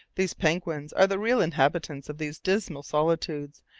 these penguins are the real inhabitants of these dismal solitudes,